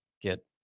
get